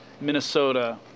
Minnesota